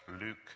Luke